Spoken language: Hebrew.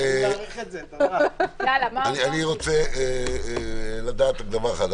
אני רוצה לדעת דבר אחד.